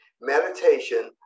Meditation